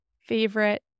favorite